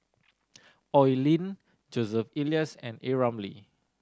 Oi Lin Joseph Elias and A Ramli